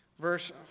verse